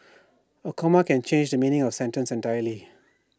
A comma can change the meaning of A sentence entirely